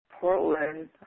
Portland